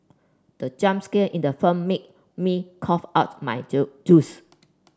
the jump scare in the firm made me cough out my juice